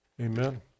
Amen